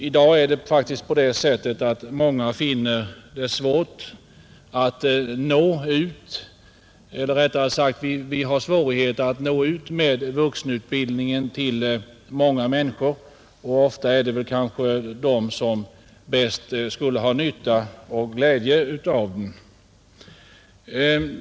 I dag är det faktiskt på det sättet att vi har svårt att nå ut med vuxenutbildningen till många människor, ofta kanske till dem som skulle ha största nyttan och glädjen av den.